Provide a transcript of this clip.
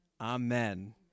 amen